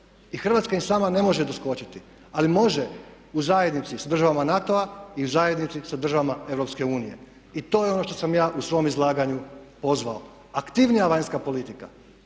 i Hrvatska im sama ne može doskočiti. Ali može u zajednici sa državama NATO-a i u zajednici sa državama EU i to je ono što sam ja u svom izlaganju pozvao. Aktivnija vanjska politika.